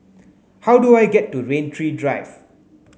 how do I get to Rain Tree Drive